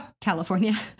California